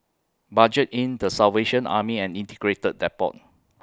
Budget Inn The Salvation Army and Integrated Depot